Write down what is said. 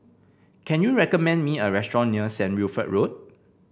can you recommend me a restaurant near Saint Wilfred Road